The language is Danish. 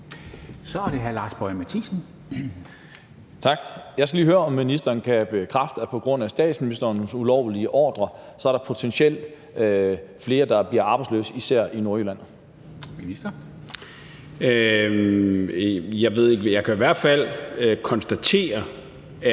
Jeg skal lige høre, om ministeren kan bekræfte, at der på grund af statsministerens ulovlige ordre potentielt er flere, der bliver arbejdsløse især i Nordjylland. Kl. 10:54 Formanden (Henrik Dam